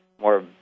more